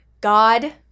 God